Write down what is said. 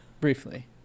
Briefly